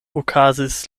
okazis